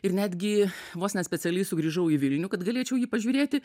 ir netgi vos ne specialiai sugrįžau į vilnių kad galėčiau jį pažiūrėti